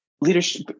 leadership